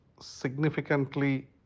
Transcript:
significantly